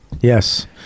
Yes